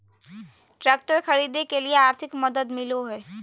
Tractor खरीदे के लिए आर्थिक मदद मिलो है?